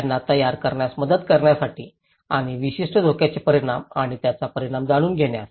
त्यांना तयार करण्यात मदत करण्यासाठी आणि विशिष्ट धोक्याचे परिमाण आणि त्याचा परिणाम जाणून घेण्यास